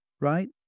right